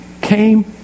came